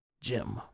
Jim